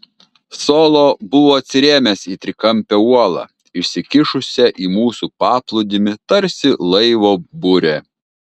solo buvo atsirėmęs į trikampę uolą išsikišusią į mūsų paplūdimį tarsi laivo burė